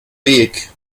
weg